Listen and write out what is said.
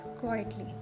quietly